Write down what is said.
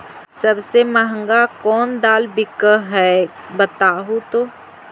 सबसे महंगा कोन दाल बिक है बताहु तो?